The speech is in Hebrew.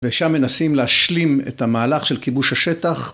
ושם מנסים להשלים את המהלך של כיבוש השטח.